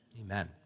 Amen